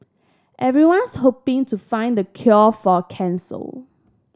everyone's hoping to find the cure for cancel